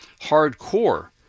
hardcore